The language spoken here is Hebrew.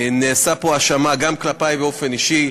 נאמרה פה האשמה גם כלפי באופן אישי,